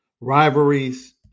rivalries